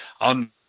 on